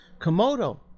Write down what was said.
komodo